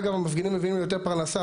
אגב, המפגינים מביאים לי יותר פרנסה.